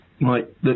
right